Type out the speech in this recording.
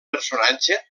personatge